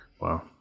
wow